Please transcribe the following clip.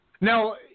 Now